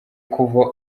kuva